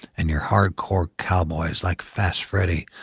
and your hardcore cowboys like fast freddie,